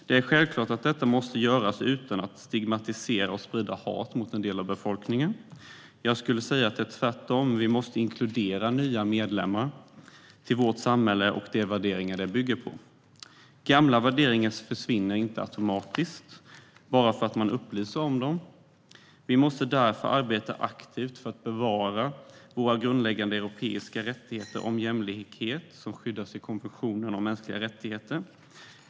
Det är självklart att detta måste göras utan att stigmatisera och sprida hat mot en del av befolkningen. Jag skulle säga att det är tvärtom, att vi måste inkludera nya medlemmar i vårt samhälle och de värderingar det bygger på. Gamla värderingar försvinner inte automatiskt bara för att man upplyser om dem. Vi måste därför arbeta aktivt för att bevara våra grundläggande europeiska rättigheter när det gäller jämlikhet, som skyddas i konventionen om mänskliga rättigheter.